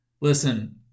Listen